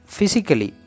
Physically